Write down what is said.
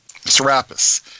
Serapis